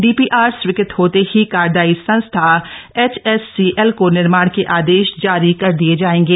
DPR स्वीकृत होते ही कार्यदायी संस्था एचएससीएल को निर्माण के आदेश जारी कर दिये जायेंगे